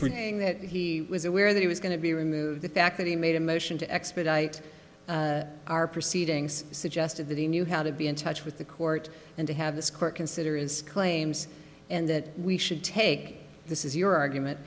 praying that he was aware that it was going to be removed the fact that he made a motion to expedite our proceedings suggested that he knew how to be in touch with the court and to have this court consider is claims and that we should take this is your argument